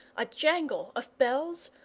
a jangle of bells,